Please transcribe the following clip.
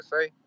say